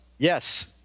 Yes